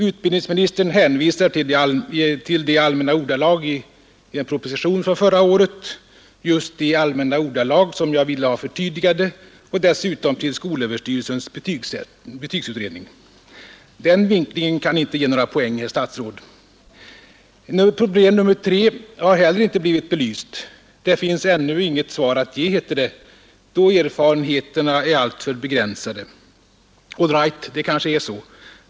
Utbildningsministern hänvisar till de allmänna ordalagen i en proposition från förra året — just de allmänna ordalag som jag ville ha förtydligade — och dessutom till skolöverstyrelsens betygsutredning. Den vinklingen kan inte ge några poäng, herr statsråd. Det tredje problemet har heller inte blivit belyst, det finns ändå inget svar att ge, eftersom erfarenheterna är alltför begränsade, heter det. All right! Det kanske är så.